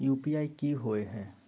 UPI कि होअ हई?